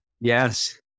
Yes